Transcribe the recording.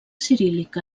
ciríl·lic